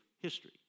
History